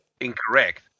incorrect